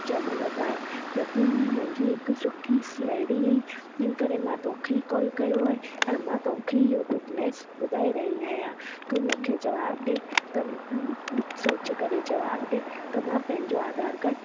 ज़रूरत आहे त तूं ई मुंहिंजी हिकु सुठी साहेड़ी आहे हिन करे मां तोखे ई कॉल कयो आहे औरि मां तोखे इहो गुडनेस ॿुधाए रही आहियां तूं मूंखे जवाब ॾिए सोचे करे जवाब ॾिए त मां पंहिंजो आधार काड